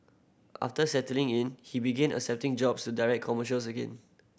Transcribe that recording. after settling in he began accepting jobs to direct commercials again